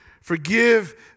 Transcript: forgive